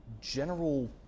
general